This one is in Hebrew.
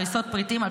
הריסות פריטים,